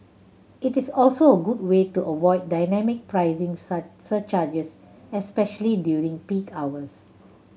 it is also a good way to avoid dynamic pricing surcharges especially during peak hours